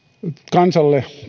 kansalle